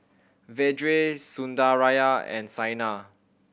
Vedre Sundaraiah and Saina